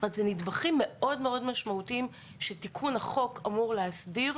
זה נדבכים מאוד משמעותיים שתיקון החוק אמור להסדיר,